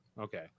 okay